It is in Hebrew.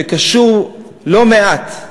שקשור לא מעט,